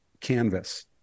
canvas